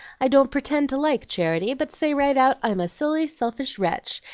i don't pretend to like charity, but say right out i'm a silly, selfish wretch,